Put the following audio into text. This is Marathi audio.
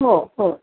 हो हो